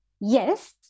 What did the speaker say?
Yes